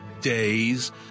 days